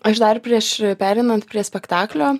aš dar prieš pereinant prie spektaklio